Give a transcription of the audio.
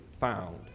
found